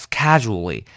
casually